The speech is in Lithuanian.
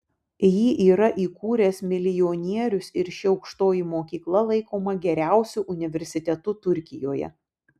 jį yra įkūręs milijonierius ir ši aukštoji mokykla laikoma geriausiu universitetu turkijoje